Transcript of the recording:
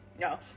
No